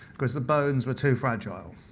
because the bones were too fragile.